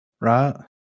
right